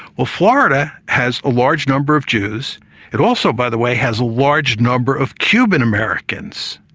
well, florida has a large number of jews it also, by the way, has a large number of cuban americans.